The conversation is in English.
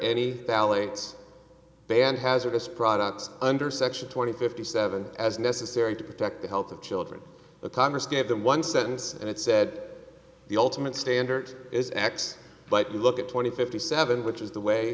any ballots banned hazardous products under section twenty fifty seven as necessary to protect the health of children the congress gave them one sentence and it said the ultimate standard is x but you look at twenty fifty seven which is the way